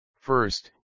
First